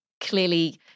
clearly –